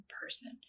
person